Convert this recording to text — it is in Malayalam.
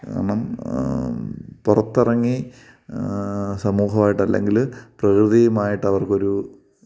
കാരണം പുറത്തിറങ്ങി സമൂഹമായിട്ടല്ലെങ്കില് പ്രകൃതിയുമായിട്ടവർക്കൊരു